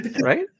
right